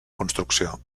construcció